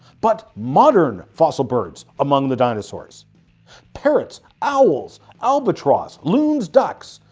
but modern fossil birds among the dinosaurs parrots, owls, albatross, loons, ducks,